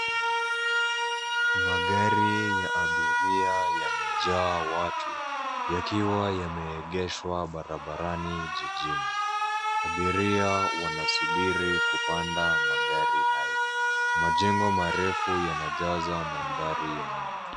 Magari ya abiria yamejaa watu yakiwa yameegeshwa barabarani jijini. Abiria wanasubiri kupanda magari hayo. Majengo marefu yanajaza mandhari ya nyuma.